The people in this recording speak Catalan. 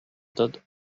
tot